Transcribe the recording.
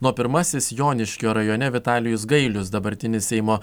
na o pirmasis joniškio rajone vitalijus gailius dabartinis seimo